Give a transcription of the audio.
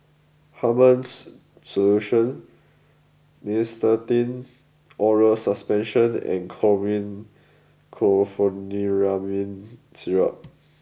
Hartman's Solution Nystatin Oral Suspension and Chlormine Chlorpheniramine Syrup